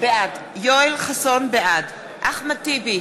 בעד אחמד טיבי,